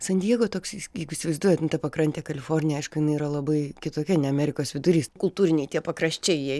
san diego toks jis jeigu įsivaizduojat nu ta pakrantė kalifornija aišku jinai yra labai kitokia ne amerikos vidurys kultūriniai tie pakraščiai jie